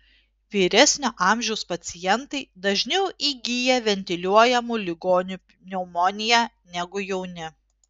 vyresnio amžiaus pacientai dažniau įgyja ventiliuojamų ligonių pneumoniją negu jauni